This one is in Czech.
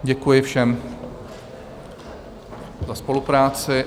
Děkuji všem za spolupráci.